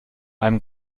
einem